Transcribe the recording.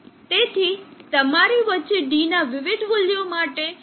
તેથી તમારી વચ્ચે d ના વિવિધ મૂલ્યો માટે વિવિધ લોડ લાઇનો છે